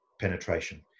penetration